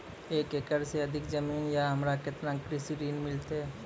एक एकरऽ से अधिक जमीन या हमरा केतना कृषि ऋण मिलते?